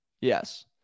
Yes